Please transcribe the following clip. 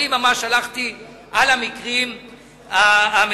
אני ממש הלכתי על המקרים המצומצמים.